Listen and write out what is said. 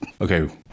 Okay